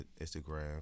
Instagram